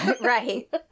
Right